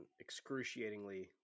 excruciatingly